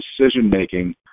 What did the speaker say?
decision-making